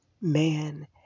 Man